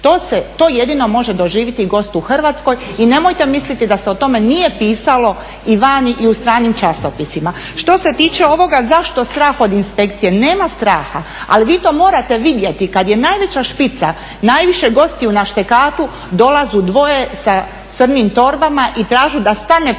je jedino može doživiti gost u Hrvatskoj i nemojte misliti da se o tome nije pisalo i vani i u stranim časopisima. Što se tiče ovoga zašto strah od inspekcije, nema straha, ali vi to morate vidjeti, kad je najveća špica, najviše gostiju na štekatu dolazu dvoje sa crnim torbama i tražu da stane proizvodnja